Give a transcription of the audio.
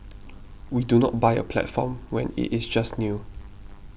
we do not buy a platform when it is just new